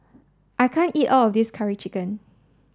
I can't eat all of this curry chicken